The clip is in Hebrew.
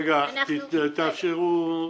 רגע, תאפשרו.